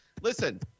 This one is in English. listen